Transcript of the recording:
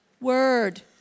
word